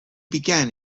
began